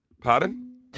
Pardon